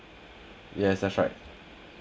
yes that's right